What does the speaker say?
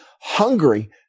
hungry